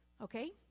Okay